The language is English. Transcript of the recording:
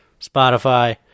Spotify